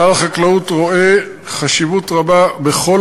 שר החקלאות ופיתוח הכפר רואה חשיבות רבה בכל